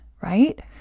right